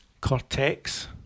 Cortex